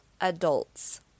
adults